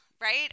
right